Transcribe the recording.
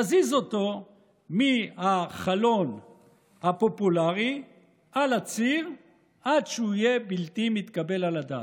תזיז אותו מהחלון הפופולרי על הציר עד שהוא יהיה בלתי מתקבל על הדעת.